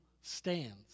stands